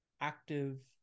active